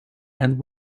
and